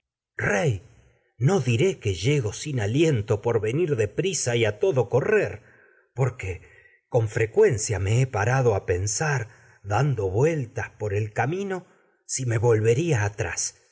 rey no diré que llego sin aliento tragedias de sófocles por venir de prisa me y a todo correr porque dando con frecuen cami cia he parado volvería a pensar vueltas por el me no si me atrás